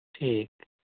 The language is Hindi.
ठीक